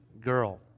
girl